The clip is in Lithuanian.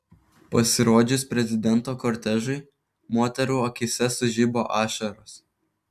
pasirodžius prezidento kortežui moterų akyse sužibo ašaros